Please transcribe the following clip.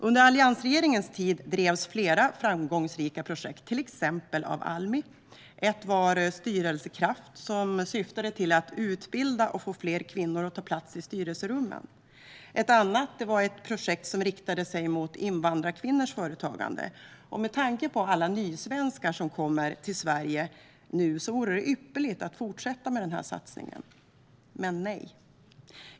Under alliansregeringens tid drevs flera framgångsrika projekt, till exempel av Almi. Ett var Styrelsekraft, som syftade till att utbilda och få fler kvinnor att ta plats i styrelserummen. Ett annat var ett projekt som riktade sig mot invandrarkvinnors företagande. Med tanke på alla nysvenskar som kommer till Sverige nu vore det ypperligt att fortsätta med den här satsningen. Men nej.